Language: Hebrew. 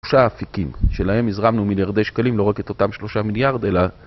שלושה אפיקים שלהם הזרמנו מיליארדי שקלים לא רק את אותם שלושה מיליארד אלא